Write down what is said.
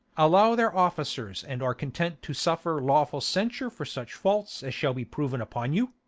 allow their officers, and are content to suffer lawful censure for such faults as shall be proved upon you.